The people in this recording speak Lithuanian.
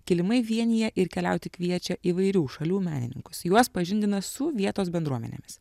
kilimai vienija ir keliauti kviečia įvairių šalių menininkus juos pažindina su vietos bendruomenėmis